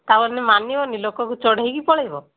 ତା' ବୋଲି ମାନିବନାହିଁ ଲୋକକୁ ଚଢ଼େଇକି ପଳାଇବ